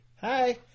Hi